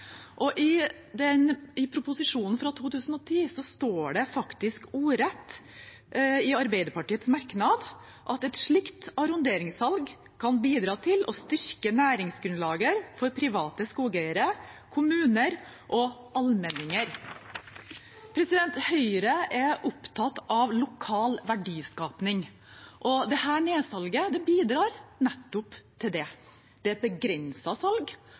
I proposisjonen fra 2010 står det faktisk ordrett fra daværende regjering: «Et slikt arronderingssalg kan bidra til å styrke næringsgrunnlaget for private skogeiere, kommuner og allmenninger.» Høyre er opptatt av lokal verdiskaping, og dette nedsalget bidrar nettopp til det. Det er et begrenset salg,